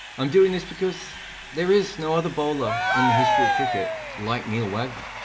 i'm doing this because there is no other bowler in the history of cricket like neil wagner.